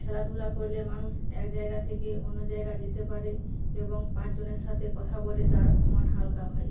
খেলাধুলা করলে মানুষ এক জায়গা থেকে অন্য জায়গা যেতে পারে এবং পাঁচজনের সাথে কথা বলে তার মন হালকা হয়